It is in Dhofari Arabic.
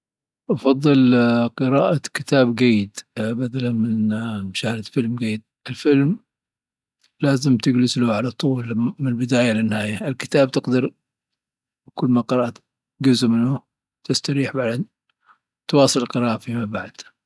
أفضل قراءة كتاب جيد بدلا من مشاهدة فيلم جيد. الفلم لازم تجلس له على طول من البداية للنهاية، الكتاب تقدر كل ما قرأت جزء منه تستريح وبعدين تواصل القراءة فيما بعد.